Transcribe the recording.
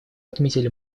отметили